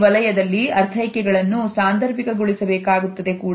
ಈ ವಲಯದಲ್ಲಿ ಅರ್ಥೈಕೆಗಳನ್ನು ಸಾಂದರ್ಭಿಕ ಗಳಿಸಬೇಕಾಗುತ್ತದೆ ಕೂಡ